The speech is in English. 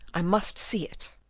i must see it.